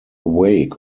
wake